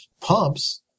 pumps